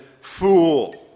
fool